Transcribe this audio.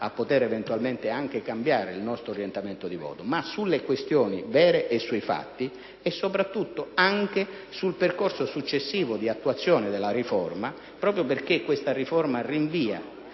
a poter eventualmente anche cambiare il nostro orientamento di voto: ma sulle questioni vere e sui fatti e, soprattutto, sul percorso successivo di attuazione della riforma La riforma rinvia,